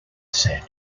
said